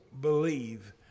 believe